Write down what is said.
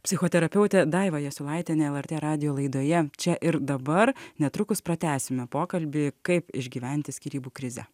psichoterapeutė daiva jasiulaitienė lrt radijo laidoje čia ir dabar netrukus pratęsime pokalbį kaip išgyventi skyrybų krizę